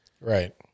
Right